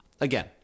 Again